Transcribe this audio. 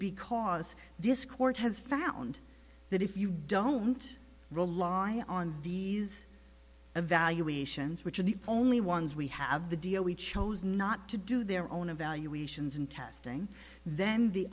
because this court has found that if you don't rely on these evaluations which are the only ones we have the dia we chose not to do their own evaluations and testing then the